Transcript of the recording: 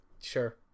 Sure